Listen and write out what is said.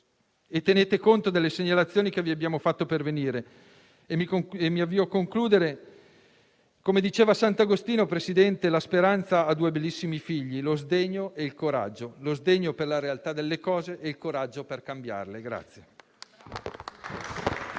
e tenga conto delle segnalazioni che abbiamo fatto pervenire. Avviandomi alla conclusione, come diceva sant'Agostino, signor Presidente, la speranza ha due bellissimi figli, lo sdegno e il coraggio: lo sdegno per la realtà delle cose e il coraggio per cambiarle